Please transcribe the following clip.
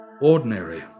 ordinary